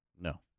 No